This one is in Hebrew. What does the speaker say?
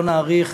לא נאריך